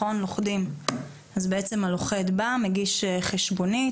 הלוכד בא ומגיש חשבונית,